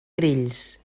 grills